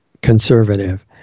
conservative